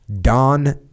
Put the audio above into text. Don